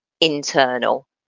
internal